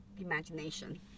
imagination